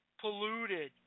polluted